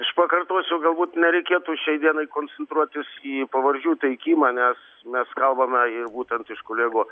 aš pakartosiu galbūt nereikėtų šiai dienai koncentruotis į pavardžių teikimą nes mes kalbame būtent iš kolegų